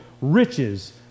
riches